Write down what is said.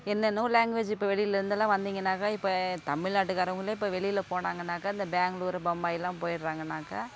என்னென்னவோ லாங்குவேஜ் இப்போ வெளியிலிருந்தெல்லாம் வந்திங்கனாக்கா இப்போ தமிழ்நாட்டுக்காரவங்களே இப்போ வெளியில போனாங்கன்னாக்கா இந்த பேங்களூர் பம்பாய்லாம் போயிடுறாங்கனாக்கா